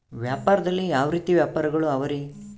ವ್ಯಾಪಾರದಲ್ಲಿ ಯಾವ ರೇತಿ ವ್ಯಾಪಾರಗಳು ಅವರಿ?